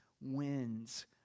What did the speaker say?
wins